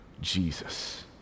Jesus